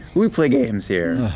we play games here.